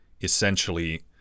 essentially